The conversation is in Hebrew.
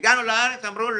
הגענו לארץ ואמרו,